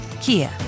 Kia